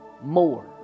more